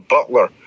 Butler